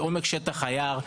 לעומק שטח היער,